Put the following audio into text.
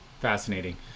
fascinating